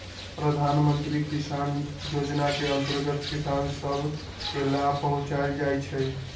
प्रधानमंत्री किसान जोजना के अंतर्गत किसान सभ के लाभ पहुंचाएल जाइ छइ